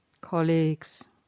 colleagues